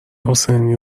حسینی